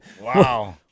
Wow